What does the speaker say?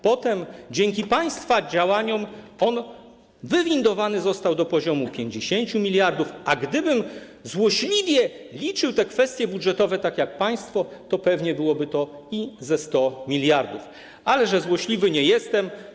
Potem, dzięki państwa działaniom, wywindowany został do poziomu 50 mld, a gdybym złośliwie liczył te kwestie budżetowe, tak jak państwo, to pewnie byłoby ze 100 mld, ale złośliwy nie jestem.